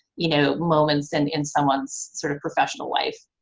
you know, moments and in someone's sort of professional life.